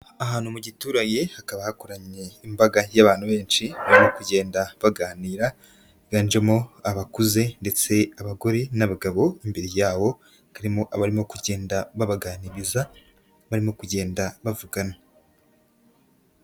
Ahantu mu giturage hakaba hakoraniye imbaga y'abantu benshi barimo kugenda baganira, higanjemo abakuze ndetse abagore n'abagabo imbere yabo, harimo abarimo kugenda babaganiriza barimo kugenda bavugana.